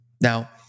Now